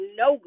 no